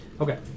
Okay